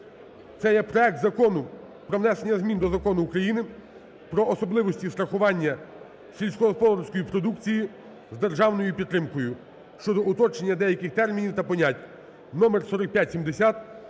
Це є проект Закону про внесення змін до Закону України "Про особливості страхування сільськогосподарської продукції з державною підтримкою" (щодо уточнення деяких термінів та понять) (№4570)